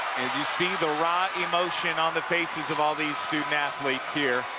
and you see the raw emotion on the faces of all these student athletes here.